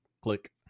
Click